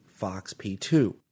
FOXP2